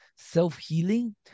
self-healing